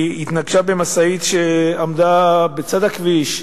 התנגשה במשאית שעמדה בצד הכביש,